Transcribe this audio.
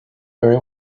very